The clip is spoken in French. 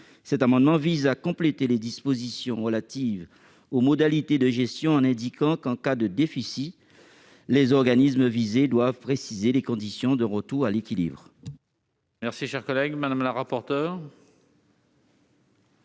Cet amendement vise à compléter les dispositions relatives aux modalités de gestion, en indiquant qu'en cas de déficit les organismes visés doivent préciser les conditions de retour à l'équilibre.